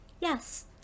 Yes